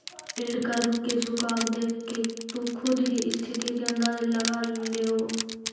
yield curve के झुकाव देखके तु खुद ही स्थिति के अंदाज लगा लेओ